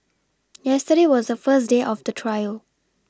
yesterday was the first day of the trial